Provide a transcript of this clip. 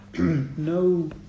No